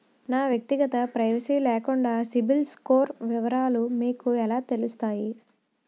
నా వ్యక్తిగత ప్రైవసీ లేకుండా సిబిల్ స్కోర్ వివరాలు మీకు ఎలా తెలుస్తాయి?